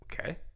Okay